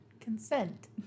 Consent